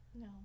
No